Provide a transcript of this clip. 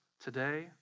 today